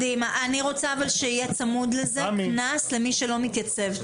אבל אני רוצה שיהיה צמוד לזה קנס למי שלא מתייצב,